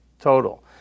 total